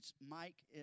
Mike